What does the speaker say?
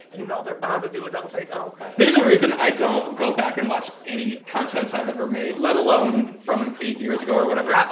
you know they're bound to do a double take. um there's a reason i don't go back and watch any content i've ever made, let alone from eight years ago or whatever.